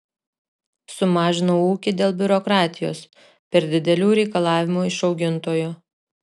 sumažinau ūkį dėl biurokratijos per didelių reikalavimų iš augintojo